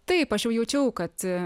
taip aš jau jaučiau kad